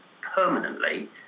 permanently